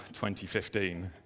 2015